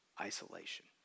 isolation